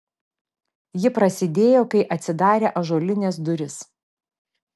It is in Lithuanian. ji prasidėjo kai atsidarė ąžuolinės durys